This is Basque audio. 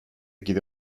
kide